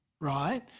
Right